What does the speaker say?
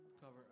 Cover